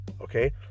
okay